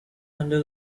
under